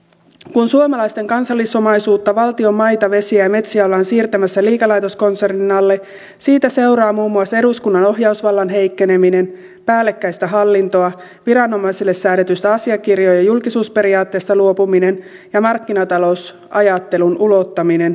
kun suomalaisten kansallisomaisuutta valtion maita vesiä ja metsiä ollaan siirtämässä liikelaitoskonsernin alle siitä seuraa muun muassa eduskunnan ohjausvallan heikkeneminen päällekkäistä hallintoa viranomaisille säädetystä asiakirjojen julkisuusperiaatteesta luopuminen ja markkinatalousajattelun ulottaminen metsähallitukseen